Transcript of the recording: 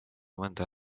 mõnda